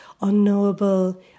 unknowable